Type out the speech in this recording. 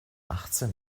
achtzehn